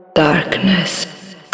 Darkness